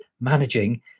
managing